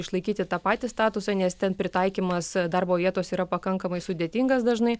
išlaikyti tą patį statusą nes ten pritaikymas darbo vietos yra pakankamai sudėtingas dažnai